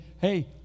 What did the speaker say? hey